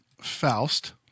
Faust